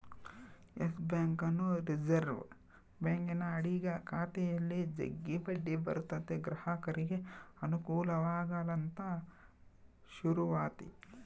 Yes ಬ್ಯಾಂಕನ್ನು reserve ಬ್ಯಾಂಕಿನ ಅಡಿಗ ಖಾತೆಯಲ್ಲಿ ಜಗ್ಗಿ ಬಡ್ಡಿ ಬರುತತೆ ಗ್ರಾಹಕರಿಗೆ ಅನುಕೂಲವಾಗಲಂತ ಶುರುವಾತಿ